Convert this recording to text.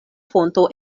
fonto